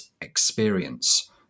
experience